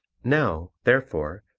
now therefore,